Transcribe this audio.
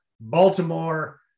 Baltimore